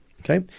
Okay